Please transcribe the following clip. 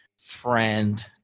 friend